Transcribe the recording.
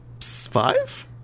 Five